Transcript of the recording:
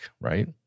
right